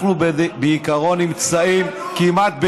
אנחנו, בעיקרון, נמצאים, זה פחדנות.